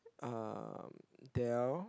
um Dell